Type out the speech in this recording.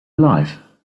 life